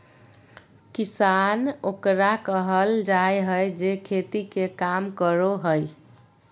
किसान ओकरा कहल जाय हइ जे खेती के काम करो हइ